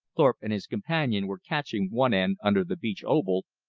thorpe and his companion were catching one end under the beech oval,